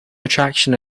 attraction